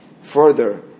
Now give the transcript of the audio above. further